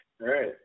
Right